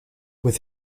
with